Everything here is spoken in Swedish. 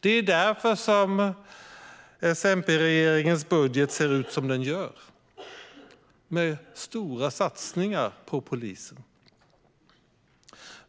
Det är därför som S och MP-regeringens budget ser ut som den gör med stora satsningar på polisen.